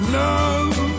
love